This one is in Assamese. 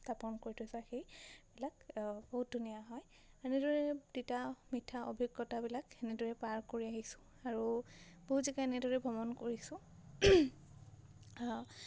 স্থাপন কৰি থৈছে সেইবিলাক বহুত ধুনীয়া হয় এনেদৰে তিতা মিঠা অভিজ্ঞতাবিলাক এনেদৰে তিতা মিঠা অভিজ্ঞতাবিলাক এনেদৰে পাৰ কৰি আহিছোঁ আৰু বহুত জেগা এনেদৰে ভ্ৰমণ কৰিছোঁ